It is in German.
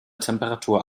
temperatur